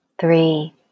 three